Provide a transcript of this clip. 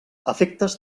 efectes